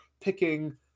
picking